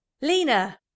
lena